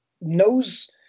knows